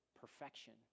perfection